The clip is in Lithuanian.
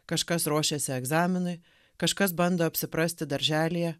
kažkas ruošiasi egzaminui kažkas bando apsiprasti darželyje